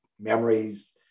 memories